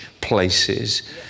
places